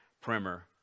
primer